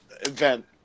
event